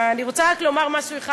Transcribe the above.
אני רוצה רק לומר דבר אחד.